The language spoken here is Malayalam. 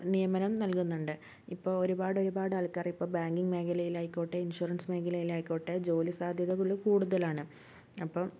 നിയമനം നൽകുന്നുണ്ട് ഇപ്പോൾ ഒരുപാട് ഒരുപാട് ആൾക്കാർ ഇപ്പം ബാങ്കിങ് മേഖലയിലായിക്കോട്ടെ ഇൻഷുറൻസ് മേഖലയിലായിക്കോട്ടെ ജോലി സാധ്യതകൾ കൂടുതലാണ് അപ്പം